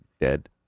dead